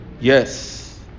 Yes